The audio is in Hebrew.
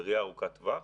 בראייה ארוכת טווח,